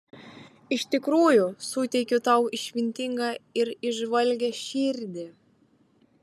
iš tikrųjų suteikiu tau išmintingą ir įžvalgią širdį